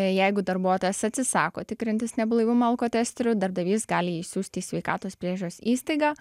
jeigu darbuotojas atsisako tikrintis neblaivumą alkotesteriu darbdavys gali jį išsiųsti į sveikatos priežiūros įstaigą